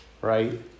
Right